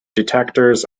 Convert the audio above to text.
detectors